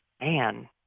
man